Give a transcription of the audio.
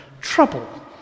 trouble